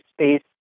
space